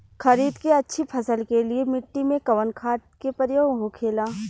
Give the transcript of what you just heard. खरीद के अच्छी फसल के लिए मिट्टी में कवन खाद के प्रयोग होखेला?